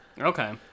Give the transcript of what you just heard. Okay